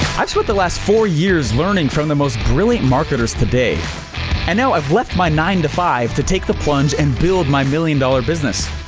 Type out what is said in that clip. i've spent the last four years learning from the most brilliant marketers today and now i've left my nine to five to take the plunge and build my million dollar business.